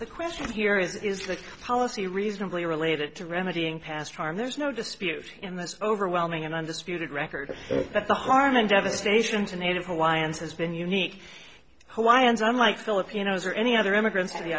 the question here is is the policy reasonably related to remedying past harm there's no dispute in this overwhelming and undisputed record that the harm and devastation to native hawaiians has been unique hawaiians i'm like filipinos or any other immigrants to the